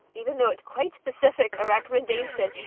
even though it's quite specific a recommendation,